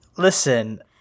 Listen